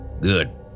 good